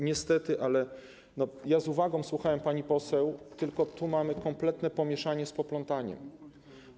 Niestety, ja z uwagą słuchałem pani poseł, ale tu mamy kompletne pomieszanie z poplątaniem.